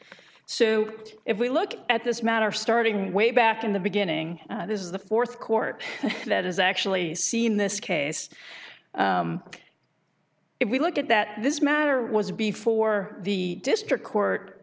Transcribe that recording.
so if we look at this matter starting way back in the beginning this is the fourth court that has actually seen this case if we look at that this matter was before the district court